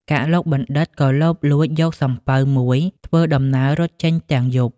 កឡុកបណ្ឌិត ក៏លបលួចយកសំពៅមួយ ធ្វើ ដំណើររត់ចេញទាំងយប់ ។